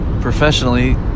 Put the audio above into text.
professionally